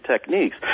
techniques